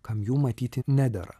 kam jų matyti nedera